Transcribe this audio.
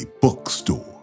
bookstore